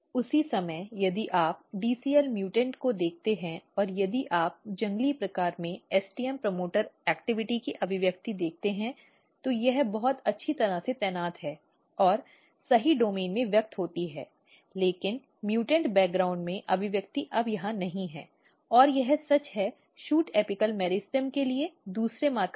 उसी समय यदि आप dcl म्यूटेंट को देखते हैं और यदि आप जंगली प्रकार में एसटीएम प्रमोटर गतिविधि की अभिव्यक्ति देखते हैं तो यह बहुत अच्छी तरह से तैनात है और सही डोमेन में व्यक्त होती है लेकिन म्यूटेंट पृष्ठभूमि में अभिव्यक्ति अब यहां नहीं है और यह सच है शूट एपिकल मेरिस्टम के लिए दूसरे मार्कर के लिए